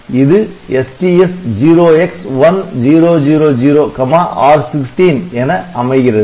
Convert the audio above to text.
இது STS 0X1000R16 என அமைகிறது